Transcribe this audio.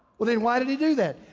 well, then why did he do that?